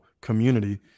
community